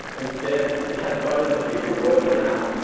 instead it has photos of people working out,